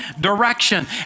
direction